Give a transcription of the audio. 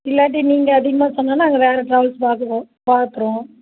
இல்லாட்டி நீங்கள் அதிகமாக சொன்னால் நாங்கள் வேறு டிராவல்ஸ் பார்த்துக்குவோம் பார்க்குறோம்